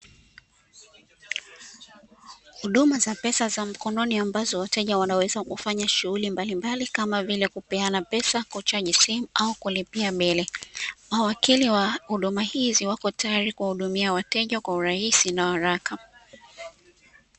Huduma za pesa za mkononi ambazo, wateja wanaweza kufanya shughuli mbalimbali kama vile kupeana pesa kuchaji simu au kulipia bili, mawakili huduma hizii wako tayari kuwahudumia wateja kwa urahisi na haraka.